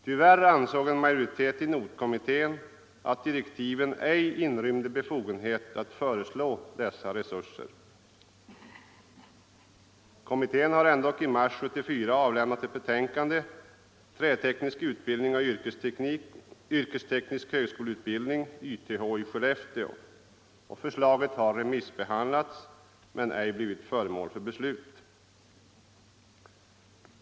Tyvärr ansåg en majoritet i NOTH-kommittén att direktiven ej inrymde befogenhet att föreslå dessa resurser. Kommittén har i mars 1974 avlämnat betänkandet Träteknisk utbildning och yrkesteknisk högskoleut bildning i Skellefteå. Förslaget har remissbehandlats men ej blivit föremål för beslut.